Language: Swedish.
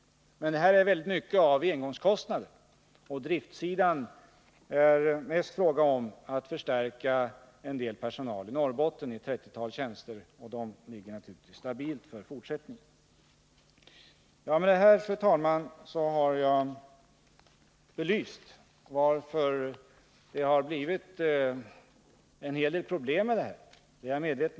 Men det här är väldigt mycket av engångskostnader. På driftsidan är det mest fråga om att förstärka en del personal i Norrbotten med ett 30-tal tjänster, och de ligger naturligtvis stabilt i fortsättningen. Med det här, fru talman, har jag belyst varför det har blivit en hel del problem.